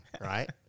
right